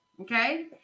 Okay